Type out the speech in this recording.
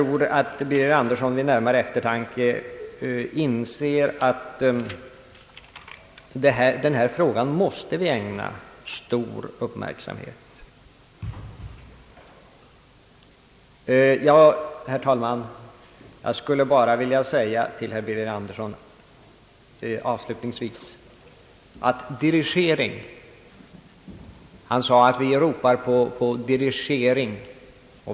Vid närmare eftertanke inser nog herr Birger Andersson att vi måste ägna denna fråga stor uppmärksamhet. Herr talman! Avslutningsvis skulle jag vilja säga några ord till herr Birger Andersson. Han sade att vi ropar på dirigering.